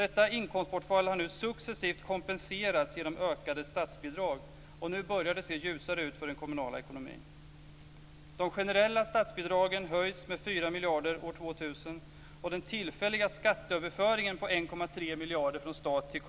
Detta inkomstbortfall har nu successivt kompenserats genom ökade statsbidrag, och nu börjar det se ljusare ut för den kommunala ekonomin.